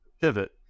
pivot